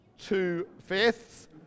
two-fifths